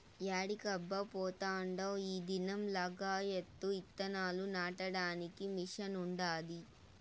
యాడికబ్బా పోతాండావ్ ఈ దినం లగాయత్తు ఇత్తనాలు నాటడానికి మిషన్ ఉండాది